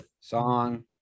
Song